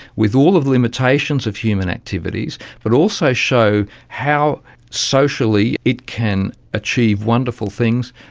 with all of the limitations of human activities, but also show how socially it can achieve wonderful things.